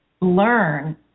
learn